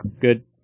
good